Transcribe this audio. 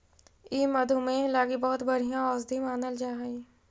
ई मधुमेह लागी बहुत बढ़ियाँ औषधि मानल जा हई